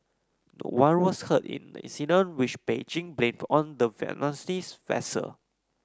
one was hurt in the incident which Beijing blamed on the vessel